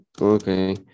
Okay